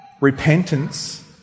repentance